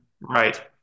right